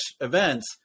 events